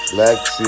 lexi